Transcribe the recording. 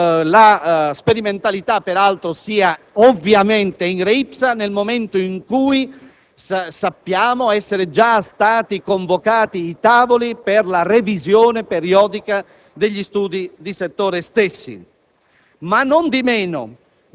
credo che la sperimentalità sia ovviamente in *re* *ipsa* nel momento in cui sappiamo essere già stati convocati i tavoli per la revisione periodica degli studi di settore stessi.